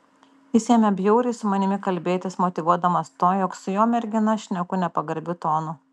jis ėmė bjauriai su manimi kalbėtis motyvuodamas tuo jog su jo mergina šneku nepagarbiu tonu